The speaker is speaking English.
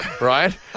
right